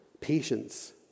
patience